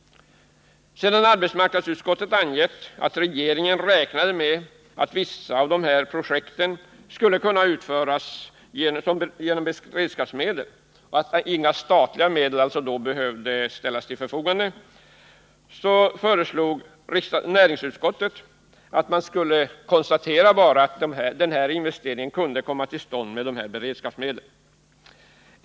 Sedan arbetsmarknadsutskottet angett att regeringen räknade med att vissa projekt skulle kunna utföras som beredskapsarbeten och att inga statliga medel alltså då behövde ställas till förfogande, föreslog näringsutskottet att man bara skulle konstatera att denna investering kunde tillgodoses genom beredskapsmedel.